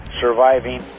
surviving